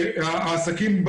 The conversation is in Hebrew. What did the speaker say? העסקים,